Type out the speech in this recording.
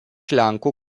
lenkų